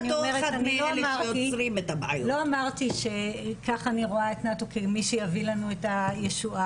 לא אמרתי שכך אני רואה את נאט"ו כמי שיביא לנו את הישועה.